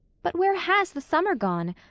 but where has the summer gone?